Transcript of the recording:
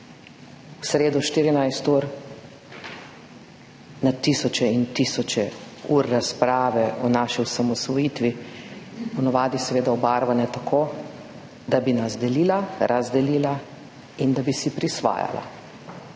V sredo 14 ur, na tisoče in tisoče ur razprave o naši osamosvojitvi, po navadi seveda obarvane tako, da bi nas delila, razdelila in da bi si prisvajala.